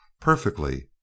Perfectly